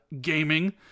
gaming